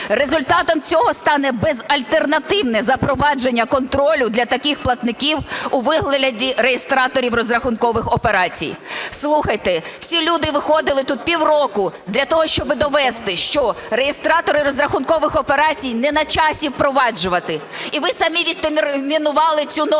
Результатом цього стане безальтернативне запровадження контролю для таких платників у вигляді реєстраторів розрахункових операцій. Слухайте, всі люди виходили тут півроку для того, щоб довести, що реєстратори розрахункових операцій не на часі впроваджувати. І ви самі відтермінували цю норму.